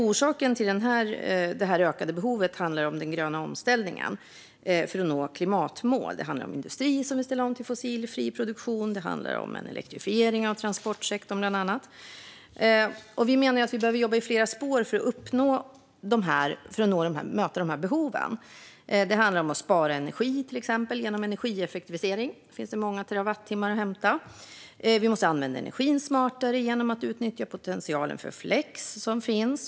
Orsaken till det ökade behovet är den gröna omställningen för att nå klimatmål. Det handlar bland annat om att industrin vill ställa om till fossilfri produktion och om en elektrifiering av transportsektorn. Vi menar att man behöver jobba i flera spår för att möta behoven. Till exempel kan man spara energi genom energieffektivisering. Där finns många terawattimmar att hämta. Vi måste använda energin smartare genom att utnyttja den potential för flex som finns.